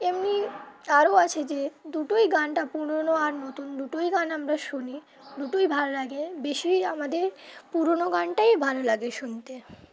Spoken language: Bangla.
এমনি আরও আছে যে দুটোই গানটা পুরনো আর নতুন দুটোই গান আমরা শুনি দুটোই ভালো লাগে বেশি আমাদের পুরনো গানটাই ভালো লাগে শুনতে